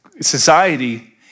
society